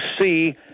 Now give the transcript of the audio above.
see